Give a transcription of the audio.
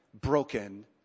broken